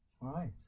right